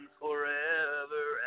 forever